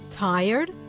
Tired